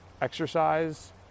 exercise